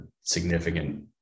significant